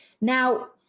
Now